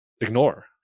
ignore